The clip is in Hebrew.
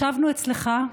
ישבנו אצלך,